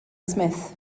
smith